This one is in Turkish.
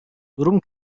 durum